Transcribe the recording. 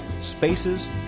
spaces